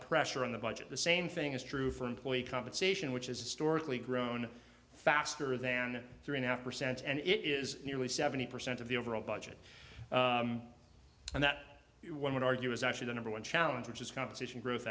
pressure on the budget the same thing is true for employee compensation which is historically grown faster than three and a half percent and it is nearly seventy percent of the overall budget and that you would argue is actually the number one challenge which is competition growth